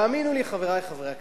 האמינו לי, חברי חברי הכנסת,